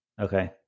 Okay